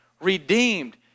redeemed